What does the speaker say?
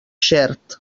xert